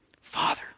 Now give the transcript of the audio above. Father